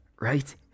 right